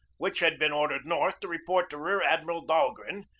which had been ordered north to report to rear-admiral dahlgren,